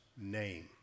name